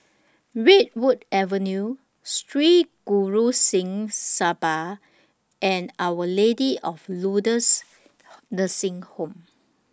Redwood Avenue Sri Guru Singh Sabha and Our Lady of Lourdes Nursing Home